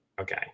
Okay